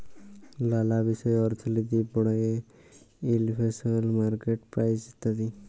লালা বিষয় অর্থলিতি পড়ায়ে ইলফ্লেশল, মার্কেট প্রাইস ইত্যাদি